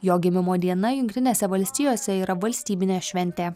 jo gimimo diena jungtinėse valstijose yra valstybinė šventė